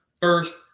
first